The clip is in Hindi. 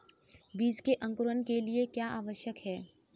बीज के अंकुरण के लिए क्या आवश्यक है?